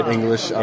English